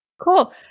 cool